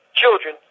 children